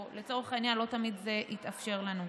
או לצורך העניין לא תמיד זה התאפשר לנו.